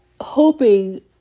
hoping